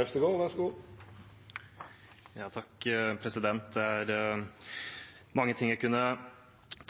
Øvstegård har hatt ordet to gonger tidlegare og får ordet til ein kort merknad, avgrensa til 1 minutt. Det er mange ting jeg kunne